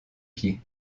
pieds